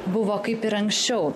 buvo kaip ir anksčiau